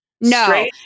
No